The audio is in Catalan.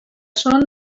són